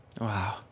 Wow